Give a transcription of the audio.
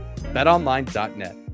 betonline.net